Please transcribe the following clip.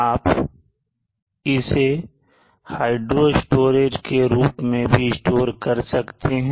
आप इसे hydro storage के रूप में भी स्टोर कर सकते हैं